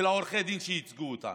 של עורכי הדין שייצגו אותנו.